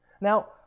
Now